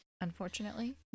unfortunately